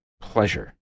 pleasure